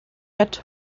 had